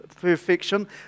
perfection